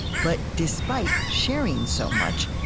but despite sharing so much,